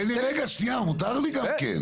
תן לי רגע, שנייה, מותר לי גם כן.